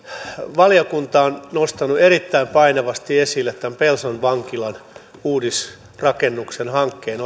valiokunta on nostanut erittäin painavasti esille tämän pelson vankilan uudisrakennuksen hankkeen